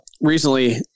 recently